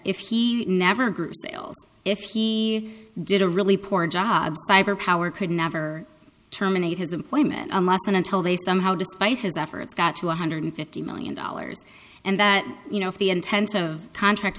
if he never grew sales if he did a really poor job cyber power could never terminate his employment unless and until they somehow despite his efforts got to one hundred fifty million dollars and that you know if the intent of contract